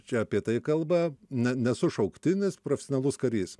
čia apie tai kalba na nesu šauktinis profesionalus karys